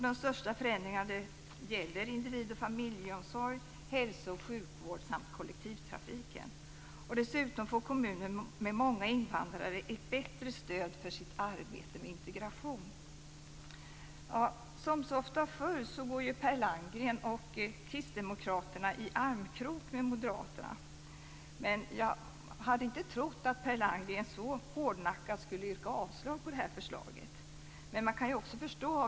De största förändringarna gäller individ och familjeomsorg, hälsooch sjukvård samt kollektivtrafiken. Dessutom får kommuner med många invandrare ett bättre stöd för sitt arbete med integration. Som så ofta förr går Per Landgren och kristdemokraterna i armkrok med moderaterna. Men jag hade inte trott att Per Landgren så hårdnackat skulle yrka avslag på förslaget.